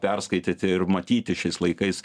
perskaityti ir matyti šiais laikais